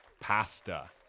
pasta